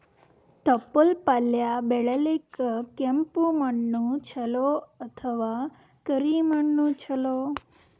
ತೊಪ್ಲಪಲ್ಯ ಬೆಳೆಯಲಿಕ ಕೆಂಪು ಮಣ್ಣು ಚಲೋ ಅಥವ ಕರಿ ಮಣ್ಣು ಚಲೋ?